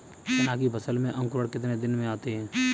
चना की फसल में अंकुरण कितने दिन में आते हैं?